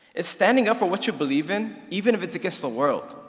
it's standing up for what you believe in, even if it's against the world.